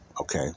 okay